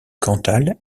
cantal